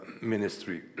ministry